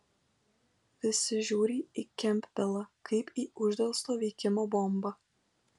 visi žiūri į kempbelą kaip į uždelsto veikimo bombą